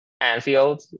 Anfield